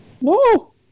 no